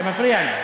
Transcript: אתה מפריע לי.